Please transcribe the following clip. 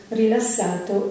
rilassato